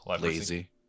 Lazy